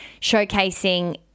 showcasing